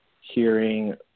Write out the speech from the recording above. hearing